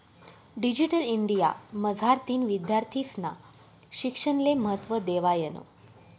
digital India मझारतीन विद्यार्थीस्ना शिक्षणले महत्त्व देवायनं